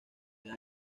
once